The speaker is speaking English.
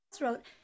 wrote